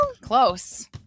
close